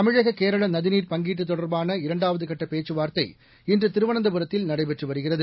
தமிழக கேரள நதிநீர் பங்கீட்டு தொடர்பான இரண்டாவது கட்ட பேச்சுவார்த்தை இன்று திருவனந்தபுரத்தில் நடைபெற்று வருகிறது